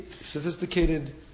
sophisticated